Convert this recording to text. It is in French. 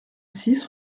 six